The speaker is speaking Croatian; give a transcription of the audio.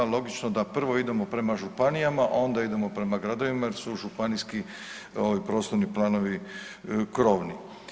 Logično da prvo idemo prema županijama, a onda idemo prema gradovima jer su županijski ovi prostorni planovi krovni.